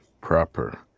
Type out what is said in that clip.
Proper